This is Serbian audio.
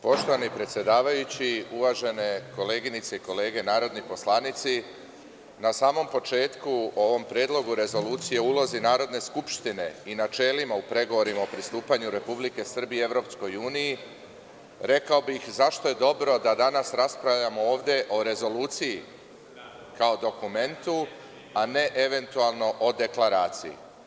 Poštovani predsedavajući, uvažene kolege i koleginice narodni poslanici, na samom početku o ovom predlogu rezolucije o ulozi Narodne skupštine i načelima u pregovorima o pristupanju Republike Srbije EU, rekao bih zašto je dobro da danas raspravljamo o rezoluciji, kao dokumentu, a ne eventualno o deklaraciji.